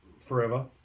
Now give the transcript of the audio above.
Forever